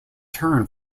turn